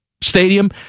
stadium